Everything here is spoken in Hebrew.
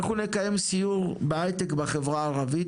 אנחנו נקיים סיור בהייטק בחברה הערבית